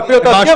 ואפילו להבנתי,